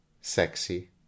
sexy